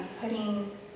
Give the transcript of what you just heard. putting